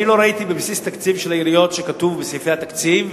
אני לא ראיתי בבסיס התקציב של העיריות שכתוב בסעיפי התקציב,